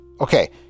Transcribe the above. Okay